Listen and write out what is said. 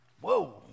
whoa